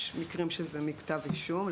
יש מקרים שזה מכתב אישום,